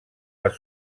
les